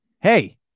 hey